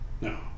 No